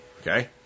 okay